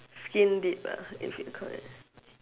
skin deep ah if you call it